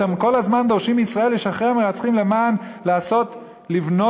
אתם כל הזמן דורשים מישראל לשחרר מרצחים כדי לבנות אמון,